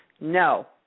no